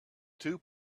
too